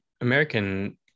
American